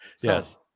yes